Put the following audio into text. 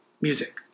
music